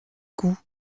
coup